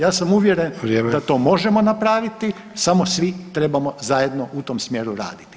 Ja sam uvjeren da to možemo napraviti samo svi trebamo zajedno u tom smjeru raditi.